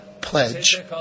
pledge